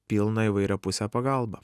pilną įvairiapusę pagalbą